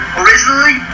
originally